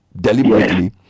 deliberately